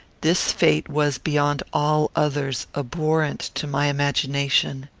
this fate was, beyond all others, abhorrent to my imagination.